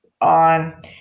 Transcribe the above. on